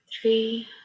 three